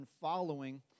following